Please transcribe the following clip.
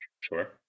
sure